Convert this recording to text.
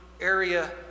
area